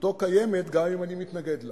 חשיבותו קיימת גם אם אני מתנגד לו.